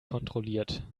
kontrolliert